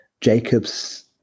Jacob's